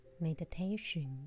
meditation